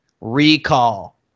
recall